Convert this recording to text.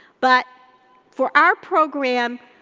but for our program,